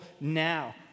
now